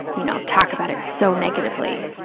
you know, talk about it so negatively,